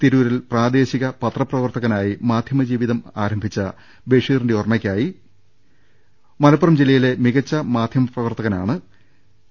തിരൂരിൽ പ്രാദേശിക പത്രപ്ര വർത്തകനായി മാധ്യമജീവിതം ആരംഭിച്ച ബഷീറിന്റെ ഓർമ്മയ്ക്കായി മലപ്പുറം ജില്ലയിലെ മികച്ച മാധ്യമ പ്രവർത്തകനാണ് കെ